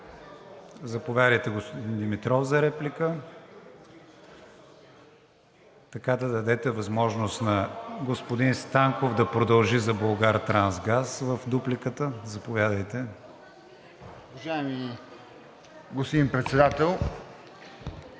Заповядайте, господин Димитров, за реплика. Така да дадете възможност на господин Станков да продължи за „Булгартрансгаз“ в дупликата. Заповядайте. МАРТИН ДИМИТРОВ (ДБ): Уважаеми господин Председател,